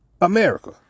America